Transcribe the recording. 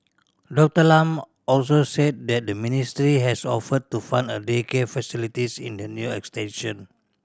Doctor Lam also said that the ministry has offered to fund a daycare facilities in the new extension